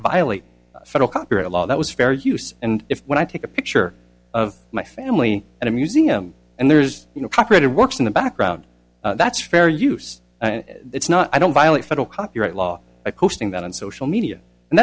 violate federal copyright law that was fair use and if when i take a picture of my family at a museum and there's you know cooperative works in the background that's fair use and it's not i don't violate federal copyright law coasting that on social media and